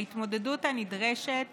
ההתמודדות הנדרשת